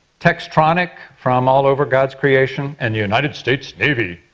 textronic from all over god's creation. and the united states navy.